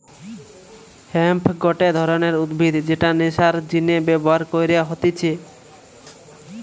hemp গটে ধরণের উদ্ভিদ যেটা নেশার জিনে ব্যবহার কইরা হতিছে